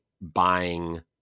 buying